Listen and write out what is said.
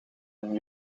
een